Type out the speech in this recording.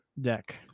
deck